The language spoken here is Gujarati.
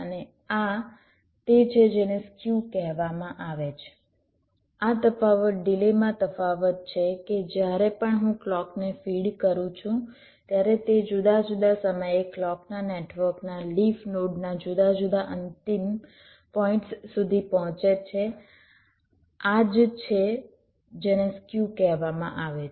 અને આ તે છે જેને સ્ક્યુ કહેવામાં આવે છે આ તફાવત ડિલેમાં તફાવત છે કે જ્યારે પણ હું ક્લૉકને ફિડ કરું છું ત્યારે તે જુદા જુદા સમયે ક્લૉકના નેટવર્કના લિફ નોડના જુદા જુદા અંતિમ પોઈંટ્સ સુધી પહોંચે છે આ જ છે જેને સ્ક્યુ કહેવામાં આવે છે